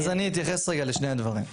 אז אני אתייחס לשני הדברים.